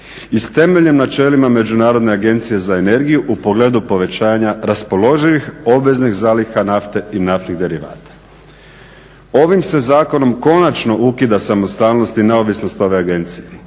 s temeljnim načelima međunarodne agencije za energiju u pogledu povećanja raspoloživih obveznih zaliha nafte i naftnih derivata. Ovim se zakonom konačno ukida samostalnost i neovisnost ove agencije